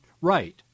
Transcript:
right